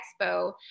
expo